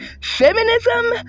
feminism